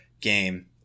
game